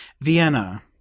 Vienna